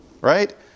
right